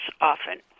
often